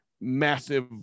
massive